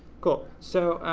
cool. so,